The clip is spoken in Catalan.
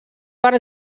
per